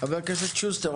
חבר הכנסת שוסטר.